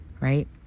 right